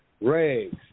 rags